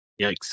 Yikes